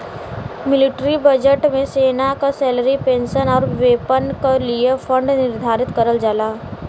military budget में सेना क सैलरी पेंशन आउर वेपन क लिए फण्ड निर्धारित करल जाला